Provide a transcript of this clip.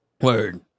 Word